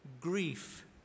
Grief